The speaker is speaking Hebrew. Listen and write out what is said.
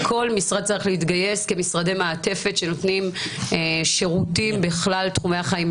כל משרד צריך להתגייס כמשרדי מעטפת שנותנים שירותים בכלל תחומי החיים.